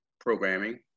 programming